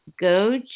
Go